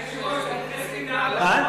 אדוני היושב-ראש, צריך 24 שעות.